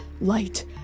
light